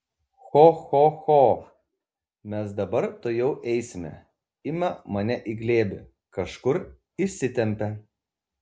cho cho cho mes dabar tuojau eisime ima mane į glėbį kažkur išsitempia